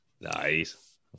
Nice